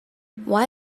why